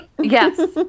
Yes